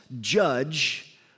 judge